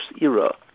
era